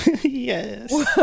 Yes